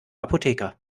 apotheker